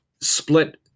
split